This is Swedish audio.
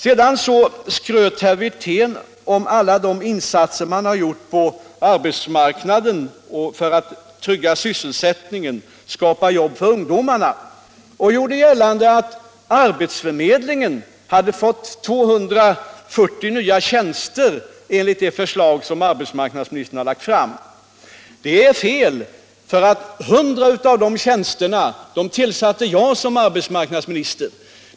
Herr Wirtén skröt om alla de insatser man gjort för att trygga sysselsättningen och skapa jobb för ungdomarna och gjorde gällande att arbetsförmedlingen fått 240 nya tjänster enligt det förslag som arbetsmarknadsministern lagt fram. Det är fel. 100 av dessa tjänster tillsatte jag som arbetsmarknadsminister.